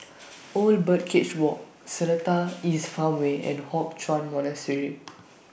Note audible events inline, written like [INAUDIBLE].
[NOISE] Old Birdcage Walk Seletar East Farmway and Hock Chuan Monastery